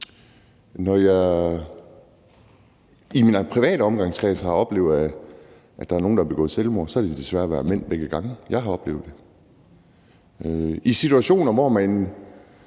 vi ser. I min private omgangskreds har jeg oplevet, at der er nogen, der har begået selvmord, og det har desværre været mænd begge gange. Der er situationer, hvor man